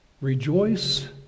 Rejoice